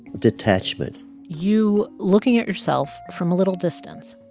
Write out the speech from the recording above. detachment you looking at yourself from a little distance,